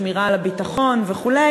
של שמירה על הביטחון וכו',